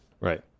Right